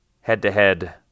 head-to-head